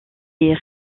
est